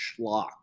schlock